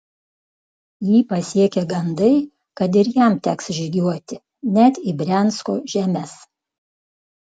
jį pasiekė gandai kad ir jam teks žygiuoti net į briansko žemes